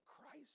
Christ